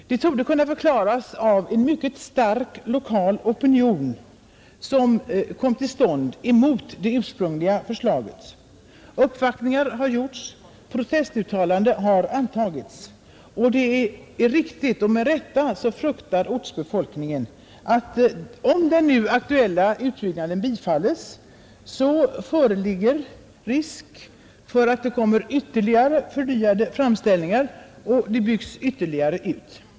Detta torde kunna förklaras av den starka lokala opinionen mot det ursprungliga förslaget. Uppvaktningar har gjorts och protestuttalanden har antagits. Ortsbefolkningen fruktar, med rätta, att om den nu aktuella utbyggnaden bifalles föreligger risk för att förnyade framställningar kommer att göras och att en ytterligare utbyggnad kan bli ett faktum.